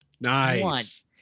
Nice